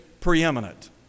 preeminent